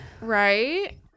Right